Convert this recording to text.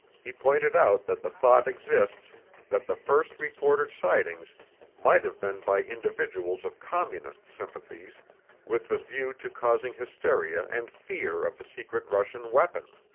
he pointed out that the thought exists that the first reported sightings might have been by individuals of communist sympathies with the view to causing hysteria and fear of a secret russian weapon.